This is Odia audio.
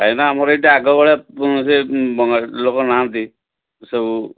କାହିଁକିନା ଆମର ଏଇଠି ଆଗ ଭଳିଆ ସେ ବଙ୍ଗାଳି ଲୋକ ନାହାନ୍ତି ସବୁ